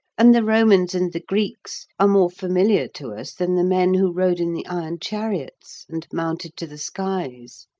and the romans and the greeks are more familiar to us than the men who rode in the iron chariots and mounted to the skies.